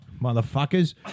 motherfuckers